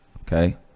okay